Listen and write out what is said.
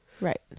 Right